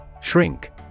Shrink